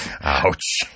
Ouch